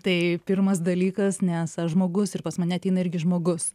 tai pirmas dalykas nes aš žmogus ir pas mane ateina irgi žmogus